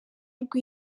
rwa